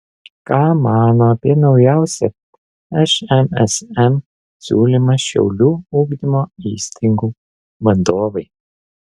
ką mano apie naujausią šmsm siūlymą šiaulių ugdymo įstaigų vadovai